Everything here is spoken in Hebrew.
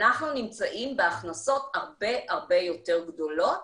אנחנו נמצאים בהכנסות הרבה הרבה יותר גדולות